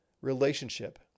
relationship